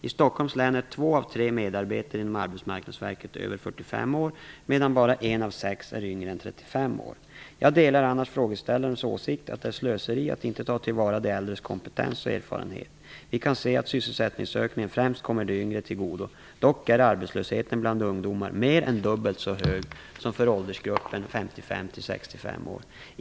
I Stockholms län är två av tre medarbetare inom Arbetsmarknadsverket över 45 år, medan bara en av sex är yngre än 35 år. Jag delar annars frågeställarens åsikt att det är slöseri att inte ta till vara de äldres kompetens och erfarenhet. Vi kan se att sysselsättningsökningen främst kommer de yngre till godo. Dock är arbetslösheten bland ungdomar mer än dubbelt så hög som för åldersgruppen 55 till 65 år.